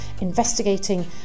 investigating